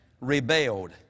rebelled